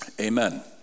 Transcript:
Amen